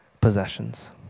possessions